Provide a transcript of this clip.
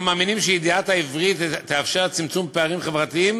אנחנו מאמינים שידיעת העברית תאפשר צמצום פערים חברתיים